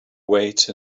weight